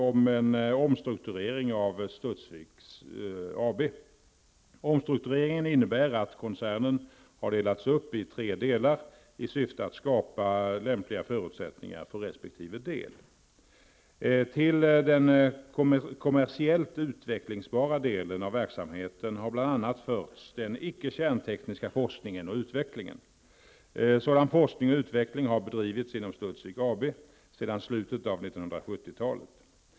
Omstruktureringen innebär att koncernen har delats upp i tre delar i syfte att skapa lämpliga förutsättningar för resp. del. Till den ''kommersiellt utvecklingsbara'' delen av verksamheten har bl.a. förts den icke kärntekniska forskningen och utvecklingen. Sådan forskning och utveckling har bedrivits inom Studsvik AB sedan slutet av 1970-talet.